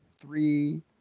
three